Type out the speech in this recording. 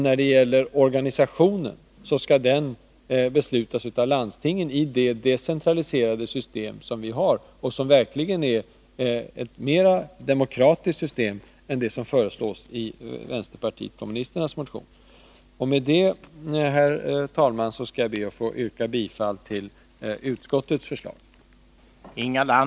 När det gäller organisationen skall den beslutas av landstingen i det decentraliserade system som vi har och som verkligen är ett mer demokratiskt system än det som föreslås i vänsterpartiet kommunisternas motion. Med det, herr talman, skall jag be att få yrka bifall till utskottets hemställan.